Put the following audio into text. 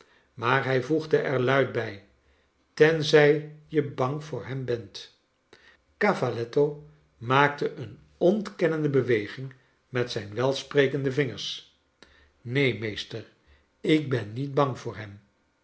maar hij voegde er luid bij tenzij je bang voor hem bent cavaletto maakte een ontkennende beweging met zijn welsprekende vingers xeen meester ik ben niet bang voor hem